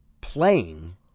playing